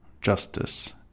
justice